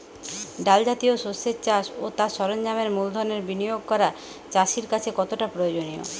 ডাল জাতীয় শস্যের চাষ ও তার সরঞ্জামের মূলধনের বিনিয়োগ করা চাষীর কাছে কতটা প্রয়োজনীয়?